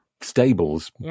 stables